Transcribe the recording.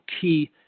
key